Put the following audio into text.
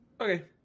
Okay